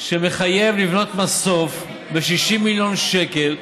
שמחייב לבנות מסוף ב-60 מיליון שקל,